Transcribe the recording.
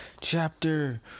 chapter